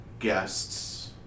guests